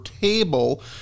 table